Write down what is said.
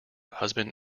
husband